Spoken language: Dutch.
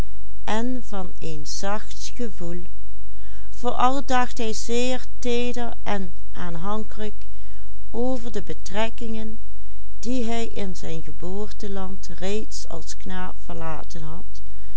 hij zeer teeder en aanhankelijk over de betrekkingen die hij in zijn geboorteland reeds als knaap verlaten had